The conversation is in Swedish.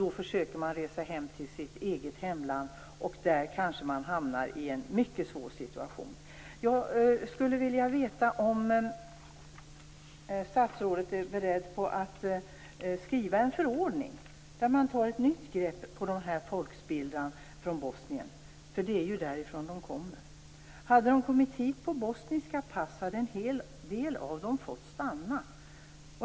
Då försöker man resa hem till sitt hemland, och där hamnar man kanske i en mycket svår situation. Jag skulle vilja veta om statsrådet är beredd att utfärda en förordning där man tar ett nytt grepp på den här folkspillran från Bosnien. Det är ju därifrån som dessa personer kommer. Hade de kommit hit på bosniska pass hade en hel del av dem fått stanna.